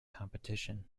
competition